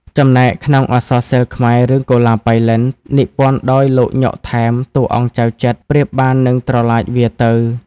ចំណែកក្នុងអក្សរសិល្ប៍ខ្មែររឿង "កុលាបប៉ៃលិន" និពន្ធដោយ លោក ញ៉ុក ថែម តួអង្គ ចៅចិត្រ ប្រៀបបាននឹង "ត្រឡាចវារទៅ"។